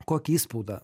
kokį įspaudą